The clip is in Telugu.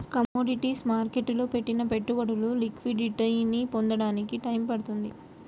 కమోడిటీస్ మార్కెట్టులో పెట్టిన పెట్టుబడులు లిక్విడిటీని పొందడానికి టైయ్యం పడుతుంది